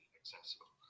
accessible